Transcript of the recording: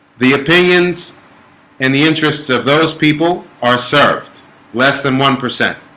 the opinions and the interests of those people are served less than one percent